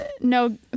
no